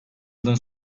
yılın